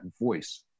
voice